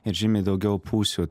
ir žymiai daugiau pusių